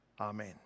Amen